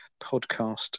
podcast